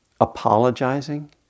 apologizing